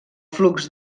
flux